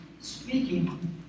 speaking